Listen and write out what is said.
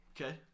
Okay